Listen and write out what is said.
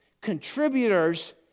Contributors